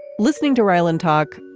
listening to raylan talk.